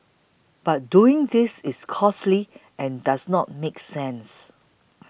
but doing this is costly and does not make sense